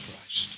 Christ